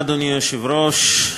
אדוני היושב-ראש,